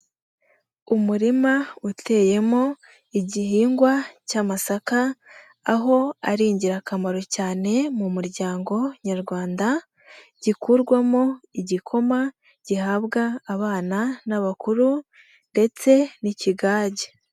Umurima uteyemo igihingwa cy'amasaka, aho ari ingirakamaro cyane mu muryango Nyarwanda, gikurwamo igikoma gihabwa abana n'abakuru ndetse n'ikigage.